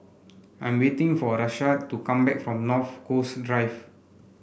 I'm waiting for Rashad to come back from North Coast Drive